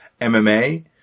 MMA